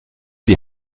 die